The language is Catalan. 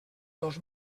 dos